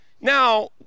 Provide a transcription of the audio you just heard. Now